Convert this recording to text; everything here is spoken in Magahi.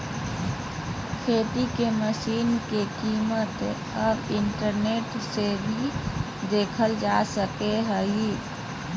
खेती के मशीन के कीमत अब इंटरनेट से भी देखल जा सको हय